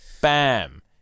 bam